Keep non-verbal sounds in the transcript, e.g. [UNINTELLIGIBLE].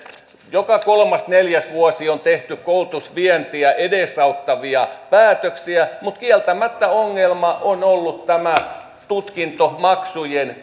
joka kolmas neljäs vuosi on tehty koulutusvientiä edesauttavia päätöksiä mutta kieltämättä ongelma on ollut tutkintomaksujen [UNINTELLIGIBLE]